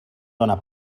dóna